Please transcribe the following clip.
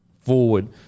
forward